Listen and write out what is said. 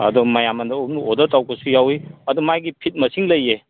ꯑꯗꯨꯝ ꯃꯌꯥꯝꯅ ꯑꯣꯗꯔ ꯇꯧꯔꯛꯄꯁꯨ ꯌꯥꯎꯏ ꯑꯗꯨ ꯃꯥꯒꯤ ꯐꯤꯠ ꯃꯁꯤꯡ ꯂꯩꯌꯦ